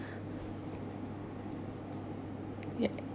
ya